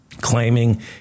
claiming